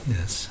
Yes